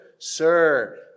Sir